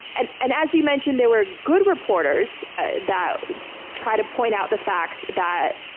and and as you mentioned, there were good reporters that tried to point out the fact that,